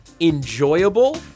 enjoyable